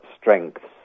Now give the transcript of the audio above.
strengths